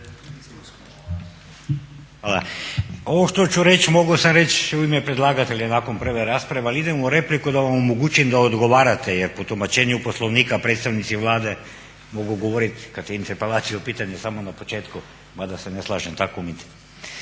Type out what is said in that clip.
Hvala. Ovo što ću reći, mogao sam reći u ime predlagatelja nakon prve rasprave ali idem u repliku da vam omogućim da ogovarate, jer po tumačenju Poslovnika predstavnici Vlade mogu govoriti kad je interpelacija u pitanju samo na početku, mada se ne slažem. Dakle,